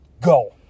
go